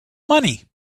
money